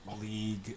league